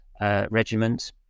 Regiment